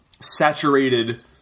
saturated